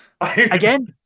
Again